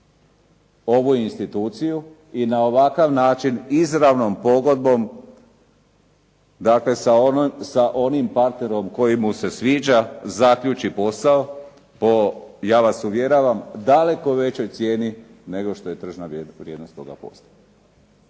ovu instituciju i na ovakav način izravnom pogodbom, dakle sa onim partnerom sa koji mu se sviđa zaključi posao o ja vas uvjeravam daleko većoj cijeni, nego što je tržišna vrijednost toga posla.